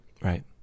Right